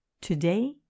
Today